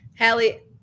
Hallie